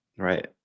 Right